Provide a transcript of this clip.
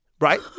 right